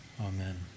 Amen